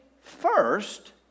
first